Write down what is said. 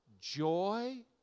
joy